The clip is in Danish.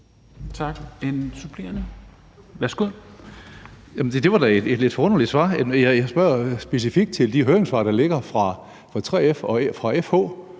Karsten Hønge (SF): Det var da et lidt forunderligt svar. Jeg spørger specifikt til de høringssvar, der ligger fra 3F og FH